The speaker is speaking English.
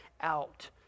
out